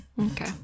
Okay